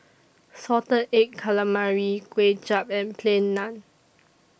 Salted Egg Calamari Kway Chap and Plain Naan